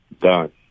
Done